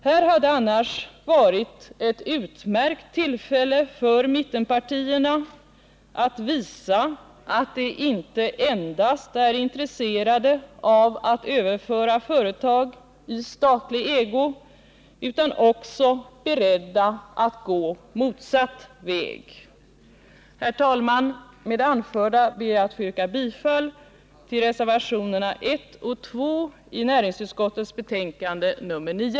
Här hade det annars varit ett utmärkt tillfälle för mittenpartierna att visa att de inte endast är intresserade av att överföra företag i statlig ägo utan också beredda att gå motsatt väg. Herr talman! Med det anförda ber jag att få yrka bifall till reservationerna 1 och 2 i näringsutskottets betänkande nr 9.